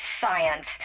science